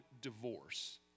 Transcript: divorce